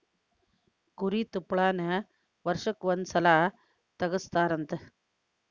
ಕುರಿ ತುಪ್ಪಳಾನ ವರ್ಷಕ್ಕ ಒಂದ ಸಲಾ ತಗಸತಾರಂತ